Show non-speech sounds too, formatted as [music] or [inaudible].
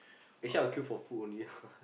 actually I will queue for food only ah [laughs]